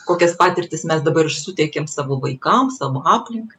kokias patirtis mes dabar ir suteikiam savo vaikam savo aplinkai